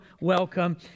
welcome